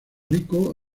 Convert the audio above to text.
rico